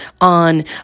on